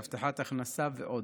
הבטחת הכנסה ועוד.